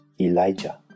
Elijah